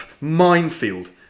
minefield